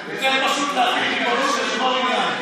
הוא מצא חברים חדשים.